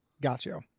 Gotcha